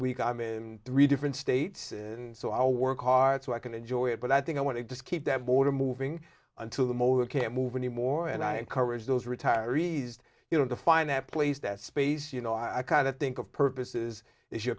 week i'm in three different states and so i work hard so i can enjoy it but i think i want to just keep that border moving until the motor can't move anymore and i encourage those retirees you know to find that place that space you know i kind of think of purposes as your